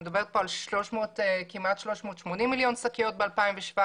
אני מדברים על כמעט 380 מיליון שקיות ב-2017,